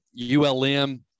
ULM